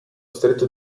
stretto